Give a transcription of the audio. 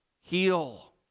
heal